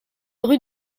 rue